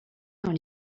dans